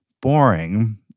boring